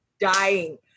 dying